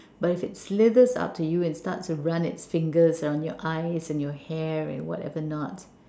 but if it slithers up to you and starts to run its fingers around your eyes and your hair and whatever not